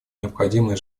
необходимые